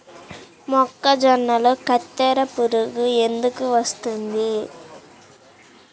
మొక్కజొన్నలో కత్తెర పురుగు ఎందుకు వస్తుంది?